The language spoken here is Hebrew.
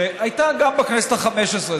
שהייתה גם בכנסת החמש-עשרה,